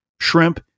shrimp